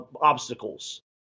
obstacles